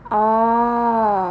oh